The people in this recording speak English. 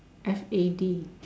F A D